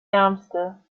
ärmste